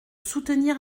soutenir